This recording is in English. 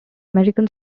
american